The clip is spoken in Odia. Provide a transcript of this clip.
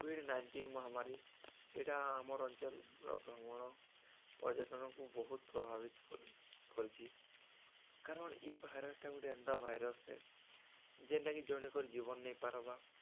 କୋଭିଡ଼୍ ନାଇଣ୍ଟିନ୍ ମହାମାରୀ ଏଇଟା ଆମର ଅଞ୍ଚଲ୍ର ଭ୍ରମଣ ପର୍ଯ୍ୟଟନକୁ ବହୁତ ପ୍ରଭାବିତ କରିଛି କାରଣ ଇ ଭାଇରସ୍ଟା ଗୋଟେ ଏନ୍ତା ଭାଇରସ୍ହେ ଯେନ୍ଟାକି ଜଣେକର ଜୀବନ ନେଇପାରବା